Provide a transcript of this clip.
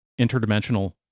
interdimensional